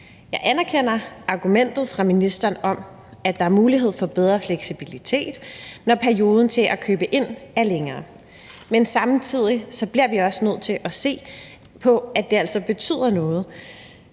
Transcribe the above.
Jeg anerkender argumentet fra ministeren om, at der er mulighed for bedre fleksibilitet, når perioden til at købe det er længere. Men samtidig bliver vi også nødt til at se på, at det altså betyder noget